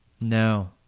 No